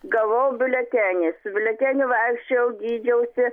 gavau biuletenį su biuleteniu vaikščiojau gydžiausi